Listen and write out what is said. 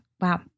Wow